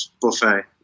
buffet